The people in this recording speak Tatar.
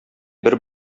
бер